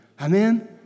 Amen